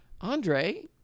Andre